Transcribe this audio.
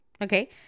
Okay